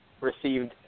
received